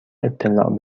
اطلاع